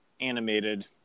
animated